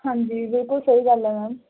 ਹਾਂਜੀ ਬਿਲਕੁਲ ਸਹੀ ਗੱਲ ਹ ਮੈਮ